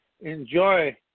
enjoy